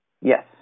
Yes